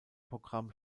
programm